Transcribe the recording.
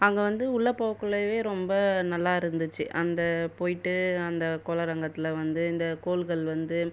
அங்கே வந்து உள்ள போகக்குள்ளயே ரொம்ப நல்லாருந்துச்சு அந்த போயிட்டு அந்த கோளாரங்கத்தில் வந்து இந்த கோள்கள் வந்து